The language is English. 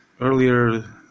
earlier